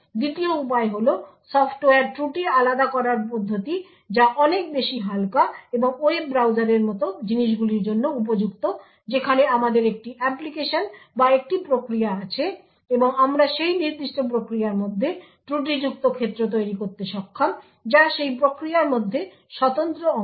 দ্বিতীয় উপায় হল সফটওয়্যার ত্রুটি আলাদা করার পদ্ধতি যা অনেক বেশি হালকা এবং ওয়েব ব্রাউজারের মতো জিনিসগুলির জন্য উপযুক্ত যেখানে আমাদের একটি অ্যাপ্লিকেশন বা একটি প্রক্রিয়া আছে এবং আমরা সেই নির্দিষ্ট প্রক্রিয়ার মধ্যে ত্রুটিযুক্ত ক্ষেত্র তৈরি করতে সক্ষম যা সেই প্রক্রিয়ার মধ্যে স্বতন্ত্র অংশ